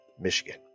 Michigan